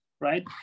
right